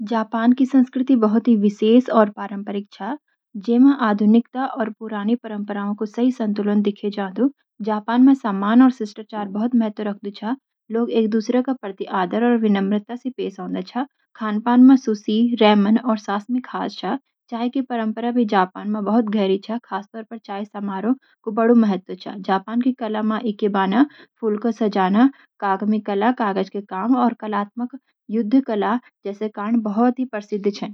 जापान की संस्कृति बहुत ही विशेष और पारंपरिक छ, जां आधुनिकता और पुरानी परम्पराओं का सही संतुलन देखा जा सक। जापान मा सम्मान और शिष्टाचार बहुत महत्व रखते छ। लोग एक-दूसरे के प्रति आदर और विनम्रता से पेश आवैं। खानपान मा सुशी, रैमन, और साशिमी खास छ। चाय की परंपरा भी जापान मा बहुत गहरी छ, खासतौर पर चाय समारोह (चाय की सराहना) का बड़ा महत्व छ। जापान की कला मा(फूलों का सजाना), कागामी कला (कागज के काम), और कलात्मक युद्ध कला (जैसे केंडो) बहुत प्रसिद्ध छन।